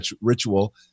ritual